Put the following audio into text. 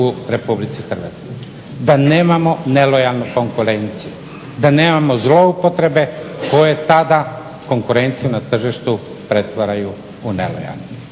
da nemamo nelojalnu konkurenciju, da nemamo zloupotrebe koje tada konkurenciju na tržištu pretvaraju u nelojalnu.